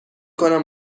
کنم